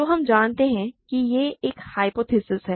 तो हम जानते हैं कि यह एक ह्य्पोथेसिस है